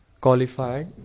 qualified